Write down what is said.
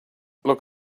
look